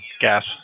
gas